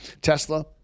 Tesla